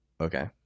Okay